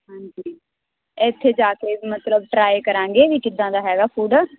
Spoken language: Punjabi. ਹਾਂਜੀ ਇੱਥੇ ਜਾ ਕੇ ਮਤਲਬ ਟ੍ਰਾਇ ਕਰਾਂਗੇ ਵੀ ਕਿੱਦਾਂ ਦਾ ਹੈਗਾ ਫ਼ੂਡ